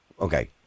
Okay